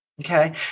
Okay